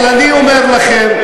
אבל אני אומר לכם,